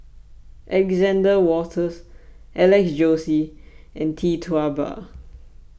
Alexander Wolters Alex Josey and Tee Tua Ba